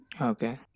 Okay